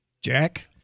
Jack